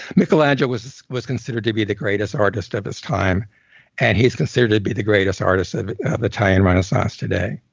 michelangelo was was considered to be the greatest artist of his time and he's considered to be the greatest artist of the time and renaissance, today